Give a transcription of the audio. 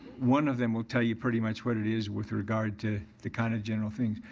one of them will tell you pretty much what it is with regard to the kind of general thing.